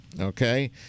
Okay